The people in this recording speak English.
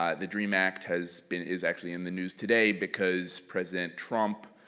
ah the dream act has been is actually in the news today because president trump,